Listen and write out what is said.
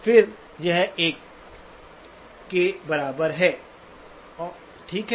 फिर यह 1 ¿ के बराबर है ठीक है